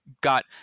got